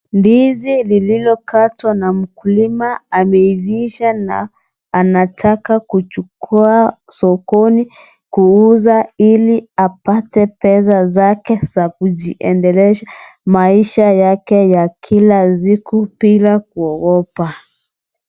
Ndizi lililokatwa na mkulima ameivisha na anataka kuchukua sokoni kuuza. ili apate pesa zake za kujiendeleza maisha yake ya kila siku bila kuogopa.